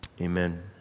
Amen